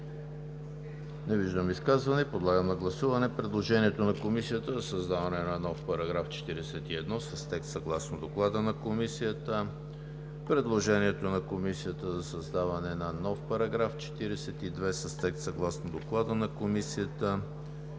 Не виждам. Подлагам на гласуване предложението на Комисията за създаване на нов § 41 с текст съгласно Доклада на Комисията; предложението на Комисията за създаване на нов § 42 с текст съгласно Доклада на Комисията;